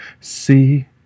See